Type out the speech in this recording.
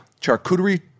charcuterie